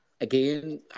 Again